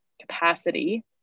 capacity